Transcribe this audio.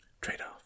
Trade-off